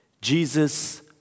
Jesus